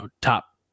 top